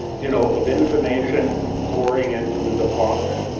you know, of information pouring into the department.